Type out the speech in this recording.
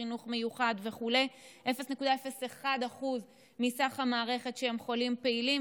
חינוך מיוחד וכו'; 0.01% מסך המערכת הם חולים פעילים,